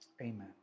amen